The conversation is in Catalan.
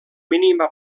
mínima